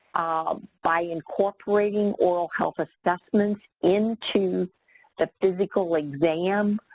by incorporating oral health assessments into the physical exam,